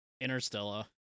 Interstellar